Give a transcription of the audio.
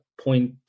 point